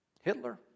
Hitler